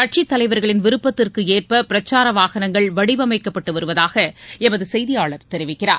கட்சித் தலைவர்களின் விருப்பத்திற்கு ஏற்ப பிரச்சார வாகனங்கள் வடிவமைக்கப்பட்டு வருவதாக எமது செய்தியாளர் தெரிவிக்கிறார்